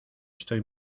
estoy